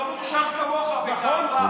תקשיב, אני לא מוכשר כמוך בגאווה.